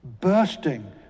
bursting